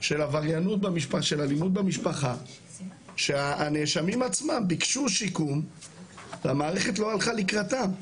של אלימות במשפחה שהנאשמים עצמם ביקשו שיקום והמערכת לא הלכה לקראתם,